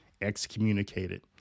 excommunicated